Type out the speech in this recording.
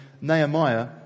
Nehemiah